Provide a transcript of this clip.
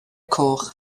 coch